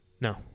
No